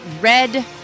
red